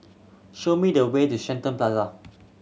show me the way to Shenton Plaza